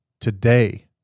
today